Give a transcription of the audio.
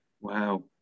Wow